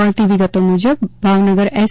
મળતી વિગતો મુજબ ભાવનગર એસ